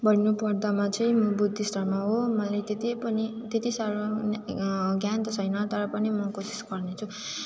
भन्नुपर्दामा चाहिँ म बुद्धिस्ट धर्म हो मलाई त्यही पनि त्यति साह्रो ज्ञान त छैन तर पनि म कोसिस गर्ने छु